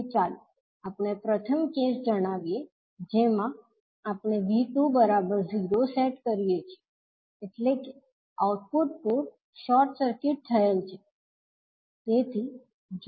તેથી ચાલો આપણે પ્રથમ કેસ જણાવીએ જેમાં આપણે 𝐕2 0 સેટ કરીએ છીએ એટલે કે આઉટપુટ પોર્ટ શોર્ટ સર્કિટ થયેલ છે